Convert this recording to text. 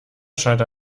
schalter